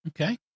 Okay